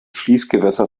fließgewässer